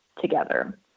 together